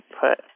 put